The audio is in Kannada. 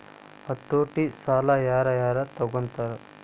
ಹತೋಟಿ ಸಾಲಾ ಯಾರ್ ಯಾರ್ ತಗೊತಾರ?